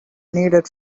needed